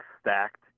stacked